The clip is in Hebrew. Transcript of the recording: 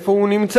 איפה הוא נמצא?